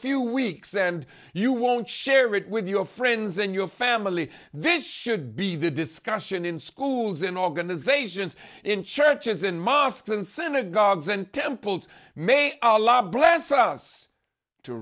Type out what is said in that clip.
few weeks and you won't share it with your friends and your family this should be the discussion in schools in organizations in churches in mosques and synagogues and temples may allah bless us to